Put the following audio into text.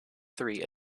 three